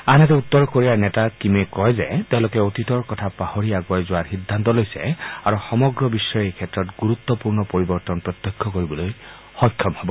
আনহাতে উত্তৰ কোৰিয়াৰ নেতা কীমে কয় যে তেওঁলোকে অতীতৰ কথা পাহৰি আগুৱাই যোৱাৰ সিদ্ধান্ত লৈছে আৰু সমগ্ৰ বিশ্বই এইক্ষেত্ৰত গুৰুত্পূৰ্ণ পৰিৱৰ্তন প্ৰত্যক্ষ কৰিবলৈ সক্ষম হ'ব